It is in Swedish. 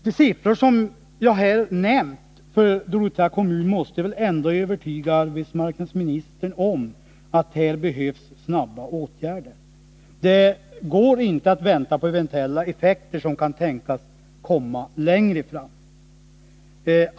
De siffror för Dorotea kommun som jag här har nämnt måste väl ändå övertyga arbetsmarknadsministern om att det behövs snabba åtgärder här. Det går inte att vänta på eventuella effekter som kan tänkas komma längre fram.